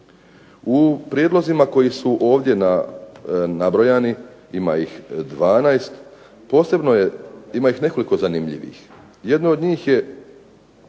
U prijedlozima koji su ovdje nabrojani, ima ih 12, posebno je, ima ih nekoliko zanimljivih. Jedno od njih je